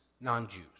non-Jews